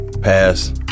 Pass